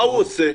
מה הוא עושה?